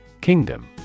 Kingdom